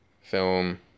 film